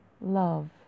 love